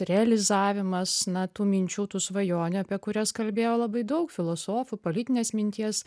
realizavimas na tų minčių tų svajonių apie kurias kalbėjo labai daug filosofų politinės minties